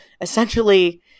essentially